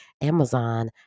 Amazon